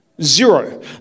Zero